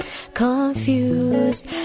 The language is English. confused